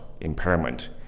impairment